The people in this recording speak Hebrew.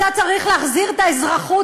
אתה צריך להחזיר את האזרחות,